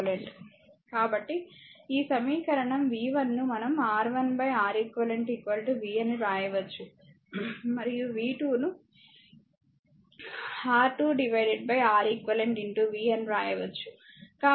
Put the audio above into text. కాబట్టి ఈ సమీకరణం v1 ను మనం R1 Req v అని రాయవచ్చు మరియు v 2 ను R2 Req v అని వ్రాయవచ్చు